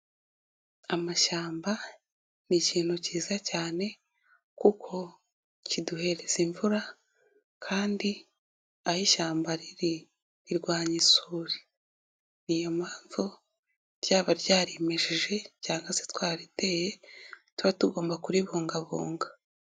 Amashyamba ni ikintu cyiza cyane kuko kiduhereza imvura kandi aho ishyamba riri rirwanya isuri, ni iyo mpamvu ryaba ryarimeje cyanga se twarariteye tuba tugomba kuribungabunga.